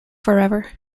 forever